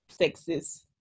sexist